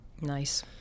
nice